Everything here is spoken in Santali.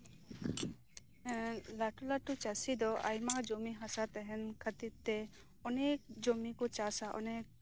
ᱞᱟᱹᱴᱩ ᱞᱟᱹᱴᱩ ᱪᱟᱹᱥᱤ ᱫᱚ ᱟᱭᱢᱟ ᱡᱩᱢᱤ ᱦᱟᱥᱟ ᱛᱟᱦᱮᱱ ᱠᱷᱟᱹᱛᱤᱨ ᱛᱮ ᱚᱱᱮᱠ ᱡᱚᱢᱤ ᱠᱚ ᱪᱟᱥᱼᱟ